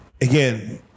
Again